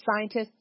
scientists